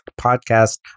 Podcast